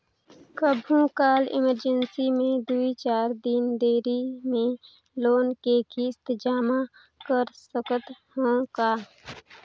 कभू काल इमरजेंसी मे दुई चार दिन देरी मे लोन के किस्त जमा कर सकत हवं का?